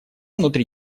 внутри